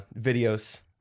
videos